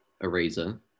Eraser